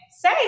Say